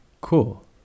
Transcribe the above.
Cool